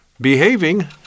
behaving